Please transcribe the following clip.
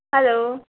hello